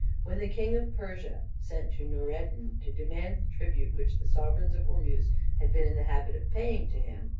when the king of persia sent to noureddin to demand the tribute which the sovereigns of ormuz had been in the habit of paying to him,